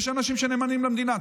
יש אנשים שנאמנים למדינה.